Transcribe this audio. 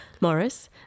Morris